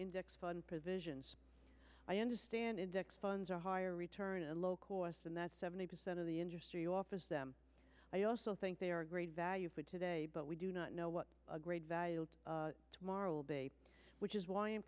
index fund provisions i understand index funds a higher return and low cost and that seventy percent of the industry office them i also think they are great value for today but we do not know what a great value tomorrow will be which is why i